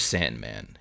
Sandman